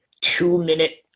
two-minute